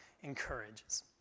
encourages